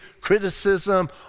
criticism